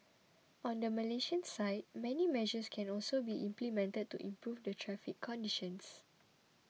on the Malaysian side many measures can also be implemented to improve the traffic conditions